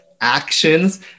actions